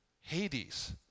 Hades